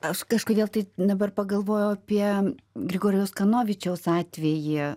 aš kažkodėl tai dabar pagalvojau apie grigorijaus kanovičiaus atvejį